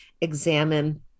examine